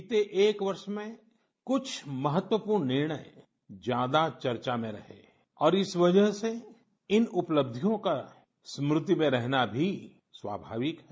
बीते एक वर्ष में कुछ महत्वपूर्ण निर्णय ज्यादा चर्चा में रहे और इस वजह से इन उपलब्धियों का स्मृति में रहना भी बहुत स्वाभाविक हैं